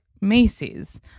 Macy's